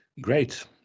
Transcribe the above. Great